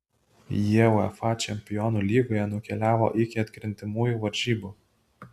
jie uefa čempionų lygoje nukeliavo iki atkrintamųjų varžybų